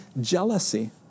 jealousy